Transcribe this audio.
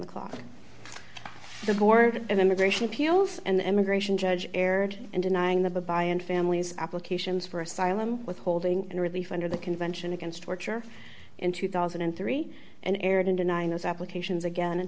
the clock the board of immigration appeals and immigration judge erred in denying the buy in families applications for asylum withholding and relief under the convention against torture in two thousand and three and erred in denying those applications again in